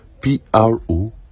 p-r-o